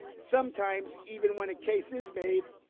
sometimes, even when a case is made,